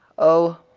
oh,